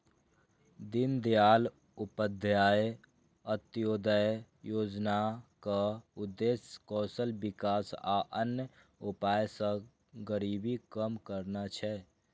दीनदयाल उपाध्याय अंत्योदय योजनाक उद्देश्य कौशल विकास आ अन्य उपाय सं गरीबी कम करना छै